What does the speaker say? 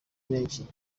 menshi